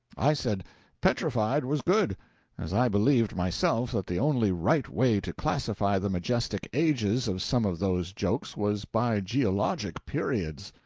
i said petrified was good as i believed, myself, that the only right way to classify the majestic ages of some of those jokes was by geologic periods.